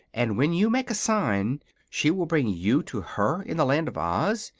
and when you make a sign she will bring you to her in the land of oz?